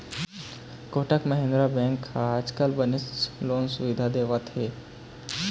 Kotak Mahindra bank ह आजकाल बनेच लोन सुबिधा देवत हे